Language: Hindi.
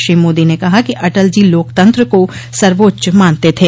श्री मोदी ने कहा कि अटल जी लोकतंत्र को सर्वोच्च मानते थे